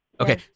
Okay